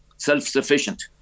self-sufficient